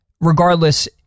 regardless